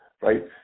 right